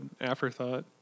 afterthought